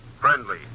friendly